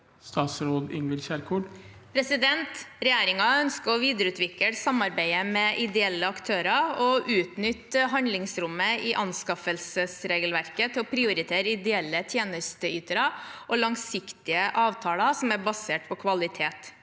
Regjeringen ønsker å videreutvikle samarbeidet med ideelle aktører og utnytte handlingsrommet i anskaffelsesregelverket til å prioritere ideelle tjenesteytere og langsiktige avtaler som er basert på kvalitet.